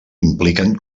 impliquen